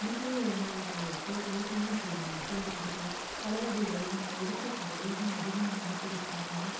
வீட்டிலயும் உரங்கள் தயாரித்து வீட்டிலயும் செய்வேங்க செஞ்சு கொடுத்தா பழ வகைகள் நம்ம எதிர்பார்க்கிறத விட இன்னும் அதிகமாக நல்லா பெருசாக நல்லா